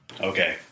Okay